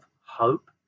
hope